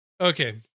okay